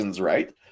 right